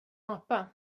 apa